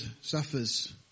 suffers